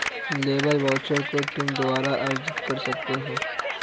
labour voucher को तुम दोबारा अर्जित कर सकते हो